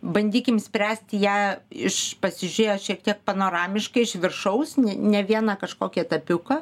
bandykim spręsti ją iš pasižiūrėję šiek tiek panoramiškai iš viršaus ne vieną kažkokį etapiuką